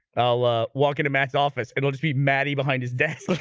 i'll ah walk into matt's office it'll just be maddy behind his desk